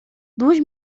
duas